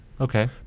Okay